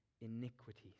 iniquities